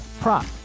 prop